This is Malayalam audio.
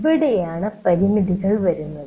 ഇവിടെയാണ് പരിമിതികൾ വരുന്നത്